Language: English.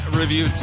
review